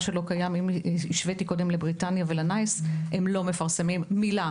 השוויתי קודם לבריטניה ול-NICE הם לא מפרסמים מילה.